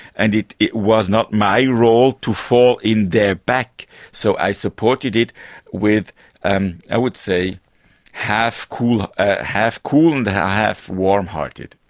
and it it was not my role to fall in their back so i supported it with um i would say half cool ah half cool and half warm-hearted.